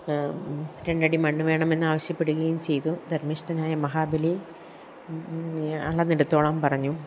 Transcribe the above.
രണ്ടടി മണ്ണ് വേണമെന്ന് ആവശ്യപ്പെടുകയും ചെയ്തു ധർമ്മിഷ്ഠനായ മഹാബലി അളന്നെടുത്തോളാൻ പറഞ്ഞു